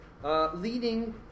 Leading